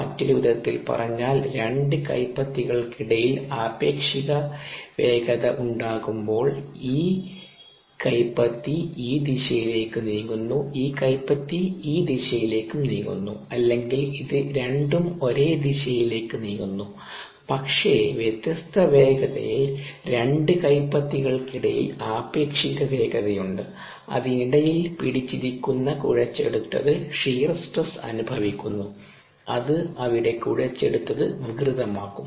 മറ്റൊരു വിധത്തിൽ പറഞ്ഞാൽ രണ്ട് കൈപ്പത്തികൾക്കിടയിൽ ആപേക്ഷിക വേഗത ഉണ്ടാകുമ്പോൾ ഈ കൈപ്പത്തി ഈ ദിശയിലേക്ക് നീങ്ങുന്നു ഈ കൈപ്പത്തി ഈ ദിശയിലേക്കും നീങ്ങുന്നു അല്ലെങ്കിൽ ഇത് രണ്ടും ഒരേ ദിശയിലേക്ക് നീങ്ങുന്നു പക്ഷേ വ്യത്യസ്ത വേഗതയിൽ രണ്ട് കൈപ്പത്തികൾക്കിടയിൽ ആപേക്ഷിക വേഗതയുണ്ട് അതിനിടയിൽ പിടിച്ചിരിക്കുന്ന കുഴച്ചെടുത്തത് ഷിയർ സ്ട്രെസ്സ് അനുഭവിക്കുന്നു അത് അവിടെ കുഴച്ചെടുത്തത് വികൃതമാക്കും